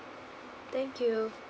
thank you